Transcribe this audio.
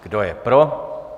Kdo je pro?